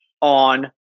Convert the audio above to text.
on